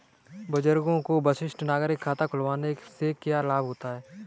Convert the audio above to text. बुजुर्गों को वरिष्ठ नागरिक खाता खुलवाने से क्या लाभ होगा?